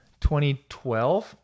2012